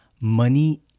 Money